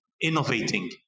innovating